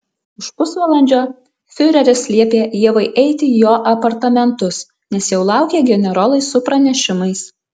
už pusvalandžio fiureris liepė ievai eiti į jo apartamentus nes jau laukė generolai su pranešimais